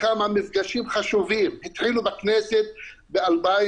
התחילו בכנסת ב-2015.